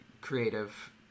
creative